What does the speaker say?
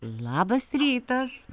labas rytas